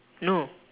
no